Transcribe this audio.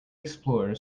explorer